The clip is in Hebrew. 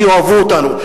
שיאהבו אותנו.